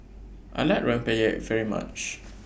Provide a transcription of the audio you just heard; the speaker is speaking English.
I like Rempeyek very much